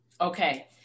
Okay